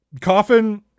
coffin